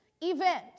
event